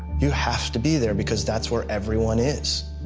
you have to be there, because that's where everyone is.